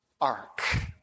ark